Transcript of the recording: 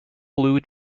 blue